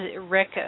Rick